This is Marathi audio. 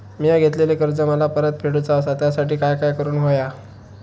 मिया घेतलेले कर्ज मला परत फेडूचा असा त्यासाठी काय काय करून होया?